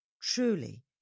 Truly